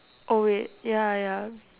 oh wait ya ya